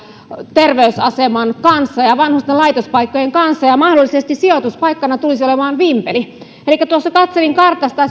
terveysaseman kanssa ja ja vanhusten laitospaikkojen kanssa ja että mahdollisesti sijoituspaikkana tulisi olemaan vimpeli elikkä tuossa katselin kartasta